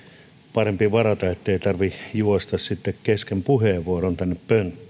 parempi varata aikaa ettei tarvitse juosta sitten kesken puheenvuoron tänne pönttöön